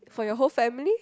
for your whole family